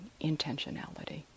intentionality